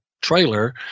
trailer